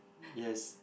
yes